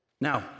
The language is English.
Now